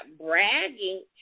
bragging